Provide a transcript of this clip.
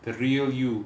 the real you